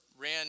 ran